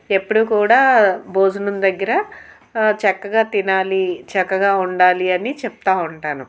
ఎప్పుడు కూడా భోజనం దగ్గర చక్కగా తినాలి చక్కగా ఉండాలి అని చెప్తూ ఉంటాను